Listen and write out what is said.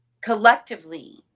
collectively